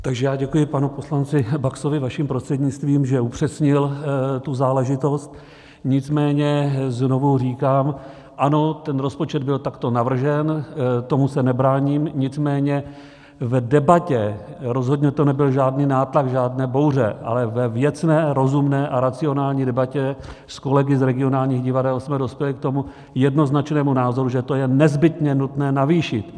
Takže já děkuji panu poslanci Baxovi vaším prostřednictvím, že upřesnil tu záležitost, nicméně znovu říkám ano, ten rozpočet byl takto navržen, tomu se nebráním, nicméně v debatě rozhodně to nebyl žádný nátlak, žádné bouře, ale ve věcné, rozumné a racionální debatě s kolegy z regionálních divadel jsme dospěli k tomu jednoznačnému názoru, že to je nezbytně nutné navýšit.